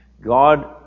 God